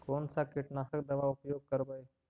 कोन सा कीटनाशक दवा उपयोग करबय?